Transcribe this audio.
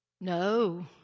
No